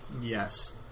Yes